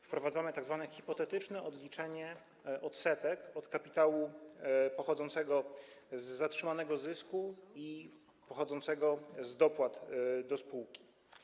Wprowadzamy tzw. hipotetyczne odliczenie odsetek od kapitału pochodzącego z zatrzymanego zysku i pochodzącego z dopłat do spółki.